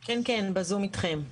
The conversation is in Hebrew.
כן, כן בזום איתכם.